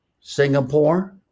Singapore